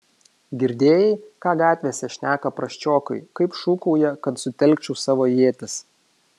girdėjai ką gatvėse šneka prasčiokai kaip šūkauja kad sutelkčiau savo ietis